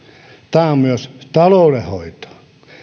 tämä on myös taloudenhoitoa